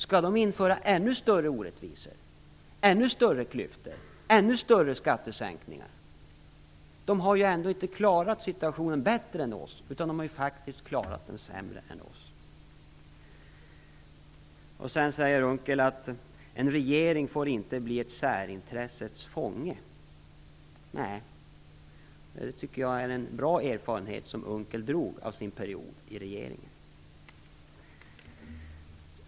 Skall de införa ännu större orättvisor, ännu större klyftor och ännu större skattesänkningar? De har ju inte klarat situationen bättre än vi, utan sämre. Sedan sade Per Unckel att en regering inte får bli särintressets fånge. Nej, och det är en bra erfarenhet som Per Unckel drog av sin period i regeringen.